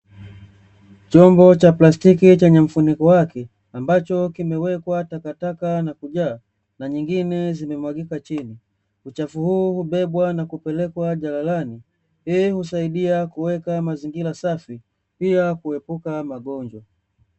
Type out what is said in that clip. Chombo cha plastiki chenye mfuniko wake, ambacho kimewekwa takataka na kujaa na nyingine zimemwagika chini. Uchafu huu hubebwa na kupelekwa jalalani ili kusaidia kuweka mazingira safi, pia kuepuka magonjwa.